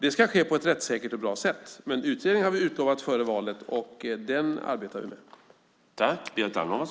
Den ska ske på ett rättssäkert och bra sätt, men utredningen har vi utlovat före valet, och den arbetar vi med.